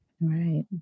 Right